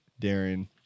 Darren